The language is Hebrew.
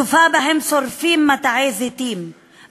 צופה בהם שורפים מטעי זיתים,